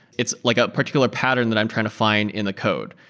it's like a particular pattern that i'm trying to find in a code.